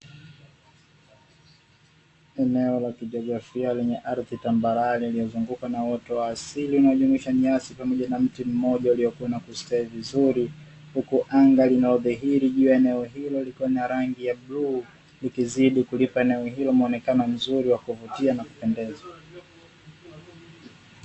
Eneo la kijiografia lenye ardhi tambarare iliyozungukwa na uoto wa asili unaojumuisha nyasi pamoja na mti mmoja uliyokua na kustawi vizuri, huku anga linalodhihiri juu ya eneo hilo likiwa na rangi ya bluu ikizidi kulipa eneo hilo muonekano mzuri wa kuvutia na kupendeza.